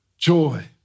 joy